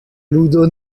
ludo